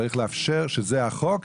צריך לאפשר שזה החוק,